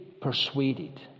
persuaded